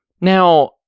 Now